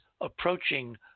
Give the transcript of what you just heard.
approaching